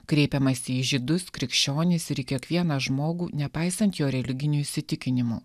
kreipiamasi į žydus krikščionis ir į kiekvieną žmogų nepaisant jo religinių įsitikinimų